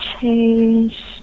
change